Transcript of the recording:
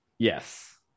yes